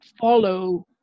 follow